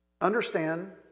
understand